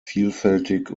vielfältig